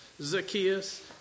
Zacchaeus